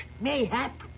mayhap